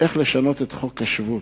איך לשנות את חוק השבות.